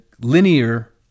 linear